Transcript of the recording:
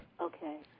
Okay